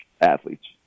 athletes